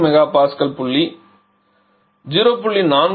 8 MPa மற்றும் புள்ளி 0